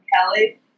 Kelly